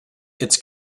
its